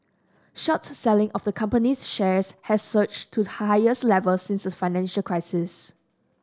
short selling of the company's shares has surged to the highest level since the financial crisis